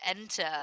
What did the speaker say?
enter